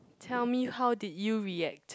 tell me how did you react